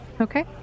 Okay